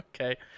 Okay